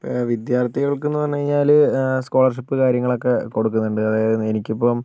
വിദ്യാർത്ഥികൾക്ക് എന്ന് പറഞ്ഞു കഴിഞ്ഞാൽ സ്കോളർഷിപ്പ് കാര്യങ്ങളൊക്കെ കൊടുക്കുന്നുണ്ട് അതായത് എനിക്കിപ്പം